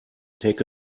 take